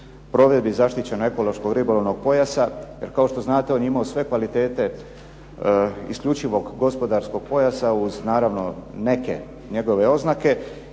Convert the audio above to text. provedbi zaštićenog ekološko-ribolovnog pojasa jer kao što znate on je imao sve kvalitete isključivog gospodarskog pojasa uz naravno neke njegove oznake